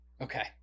Okay